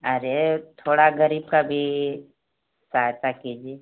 अरे थोड़ा गरीब का भी सहायता कीजिए